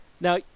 Now